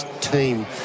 team